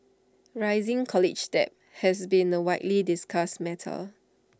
rising college debt has been A widely discussed matter